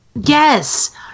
Yes